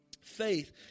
faith